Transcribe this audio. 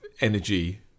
energy